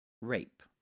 rape